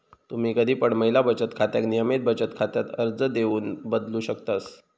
तुम्ही कधी पण महिला बचत खात्याक नियमित बचत खात्यात अर्ज देऊन बदलू शकतास